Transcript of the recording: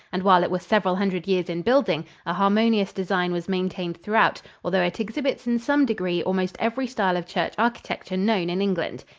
and while it was several hundred years in building, a harmonious design was maintained throughout, although it exhibits in some degree almost every style of church architecture known in england.